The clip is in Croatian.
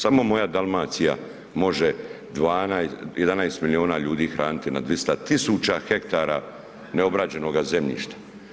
Samo moja Dalmacija može 11 milijuna ljudi hraniti na 200 000 ha neobrađenoga zemljišta.